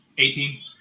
Eighteen